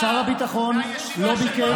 שר הביטחון לא ביקש,